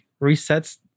resets